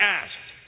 asked